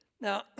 now